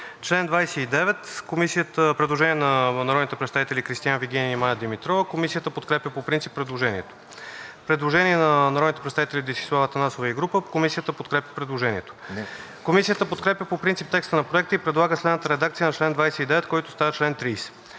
чл. 29 има предложение на народните представители Кристиан Вигенин и Мая Димитрова. Комисията подкрепя по принцип предложението. Предложение на народните представители Десислава Атанасова и група. Комисията подкрепя предложението. Комисията подкрепя по принцип текста на Проекта и предлага следната редакция на чл. 29, който става чл. 30: